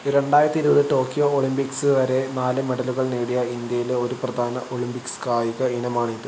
രണ്ടായിരത്തി ഇരുപത് Tokyo Olympics വരെ നാല് മെഡലുകൾ നേടിയ ഇന്ത്യയിലെ ഒരു പ്രധാന ഒളിമ്പിക്സ് കായിക ഇനമാണിത്